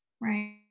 right